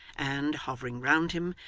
and, hovering round him,